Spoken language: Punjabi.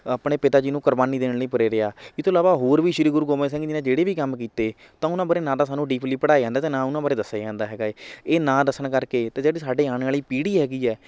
ਆਪਣੇ ਪਿਤਾ ਜੀ ਨੂੰ ਕੁਰਬਾਨੀ ਦੇਣ ਲਈ ਪ੍ਰੇਰਿਆ ਇਹ ਤੋਂ ਇਲਾਵਾ ਹੋਰ ਵੀ ਸ਼੍ਰੀ ਗੁਰੂ ਗੋਬਿੰਦ ਸਿੰਘ ਜੀ ਨੇ ਜਿਹੜੇ ਵੀ ਕੰਮ ਕੀਤੇ ਤਾਂ ਉਹਨਾਂ ਬਾਰੇ ਨਾ ਤਾਂ ਸਾਨੂੰ ਡੀਪਲੀ ਪੜ੍ਹਾਇਆ ਜਾਂਦਾ ਅਤੇ ਨਾ ਉਹਨਾਂ ਬਾਰੇ ਦੱਸਿਆ ਜਾਂਦਾ ਹੈਗਾ ਏ ਇਹ ਨਾ ਦੱਸਣ ਕਰ ਕੇ ਅਤੇ ਜਿਹੜੀ ਸਾਡੇ ਆਉਣ ਵਾਲੀ ਪੀੜ੍ਹੀ ਹੈਗੀ ਹੈ